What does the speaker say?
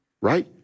Right